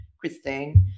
christine